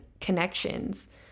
connections